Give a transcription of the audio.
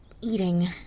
eating